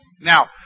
Now